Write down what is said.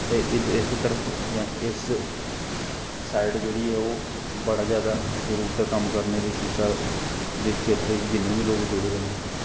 ते इस तरफ जां इस साईड जेह्ड़ी ऐ ओह् बड़ी जादा जरूरत ऐ कम्म करने दी शिक्षा दे खेत्तर च जिन्ने बी लोग जुड़े दे न